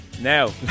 Now